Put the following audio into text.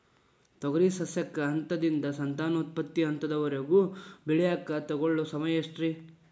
ತೊಗರಿ ಸಸ್ಯಕ ಹಂತದಿಂದ, ಸಂತಾನೋತ್ಪತ್ತಿ ಹಂತದವರೆಗ ಬೆಳೆಯಾಕ ತಗೊಳ್ಳೋ ಸಮಯ ಎಷ್ಟರೇ?